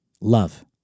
Love